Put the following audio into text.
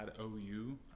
ou